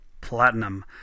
Platinum